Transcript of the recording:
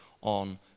on